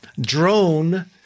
drone